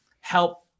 help